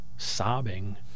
sobbing